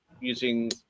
using